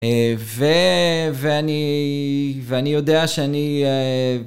ואני יודע שאני...